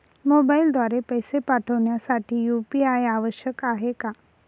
मोबाईलद्वारे पैसे पाठवण्यासाठी यू.पी.आय आवश्यक आहे का?